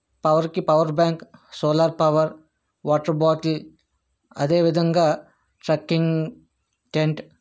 పవర్కి power bank solar power water bottle అదేవిధంగా trekking tent